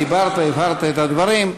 דיברת, הבהרת את הדברים.